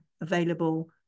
available